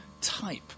type